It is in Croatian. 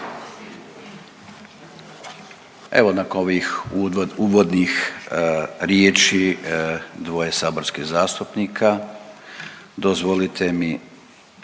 Evo nakon ovih uvodnih riječi dvoje saborskih zastupnika dozvolite mi